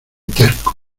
terco